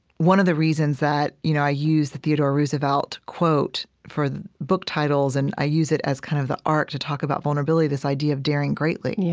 one of the reasons that you know i use the theodore roosevelt quote for book titles and i use it as kind of the arc to talk about vulnerability, this idea of daring greatly, and yeah